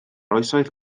oesoedd